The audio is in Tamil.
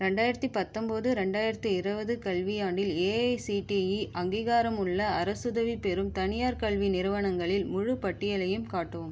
இரண்டாயிரத்தி பத்தொம்போது இரண்டாயிரத்தி இருபது கல்வியாண்டில் ஏஐசிடிஇ அங்கீகாரமுள்ள அரசுதவி பெறும் தனியார் கல்வி நிறுவனங்களில் முழுப் பட்டியலையும் காட்டவும்